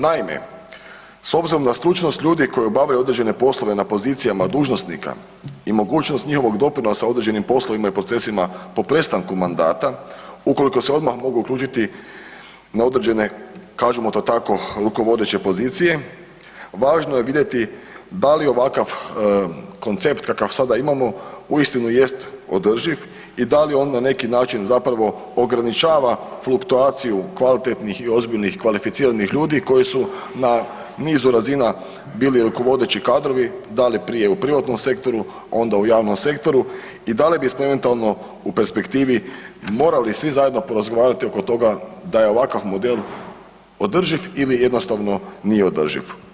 Naime, s obzirom na stručnost ljudi koji obavljaju određene poslove na pozicijama dužnosnika i mogućnost njihovog doprinosa određenim poslovima i procesima po prestanku mandata ukoliko se odmah mogu uključiti na određene kažimo to tako rukovodeće pozicije važno je vidjeti da li ovakav koncept kakav sada imamo uistinu jest održiv i da li on na neki način zapravo ograničava fluktuaciju kvalitetnih i ozbiljnih kvalificiranih ljudi koji su na nizu razina bili rukovodeći kadrovi, da li prije u privatnom sektoru, a onda u javnom sektoru i da li bismo eventualno u perspektivi morali svi zajedno porazgovarati oko toga da je ovakav model održiv ili jednostavno nije održiv.